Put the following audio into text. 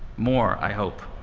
more i hope.